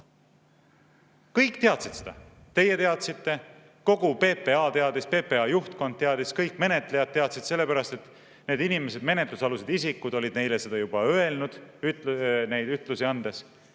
Kõik teadsid seda. Teie teadsite, kogu PPA teadis, PPA juhtkond teadis, kõik menetlejad teadsid seda, sellepärast et need inimesed, menetlusalused isikud olid ütlusi andes seda neile juba öelnud. Kõik teadsid.